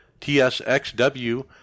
TSXW